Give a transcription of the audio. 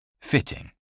Fitting